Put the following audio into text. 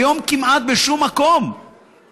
היום כמעט בשום מקום,